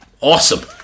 awesome